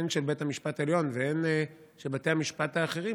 הן של בית המשפט העליון והן של בתי המשפט האחרים,